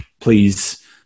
please